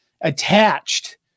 attached